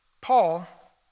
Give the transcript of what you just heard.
Paul